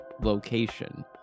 location